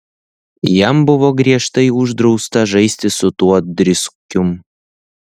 jam buvo griežtai uždrausta žaisti su tuo driskium